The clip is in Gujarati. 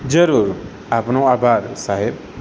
જરૂર આપનો આભાર સાહેબ